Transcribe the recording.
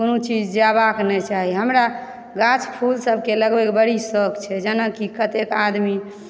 कोनो चीज जेबाक नहि चाही हमरा गाछ फूलसभकऽ लगबयकऽ बड़ी शोक छै जेनाकि कतेक आदमी